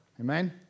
Amen